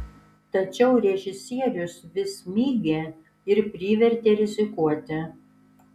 tačiau režisierius vis mygė ir privertė rizikuoti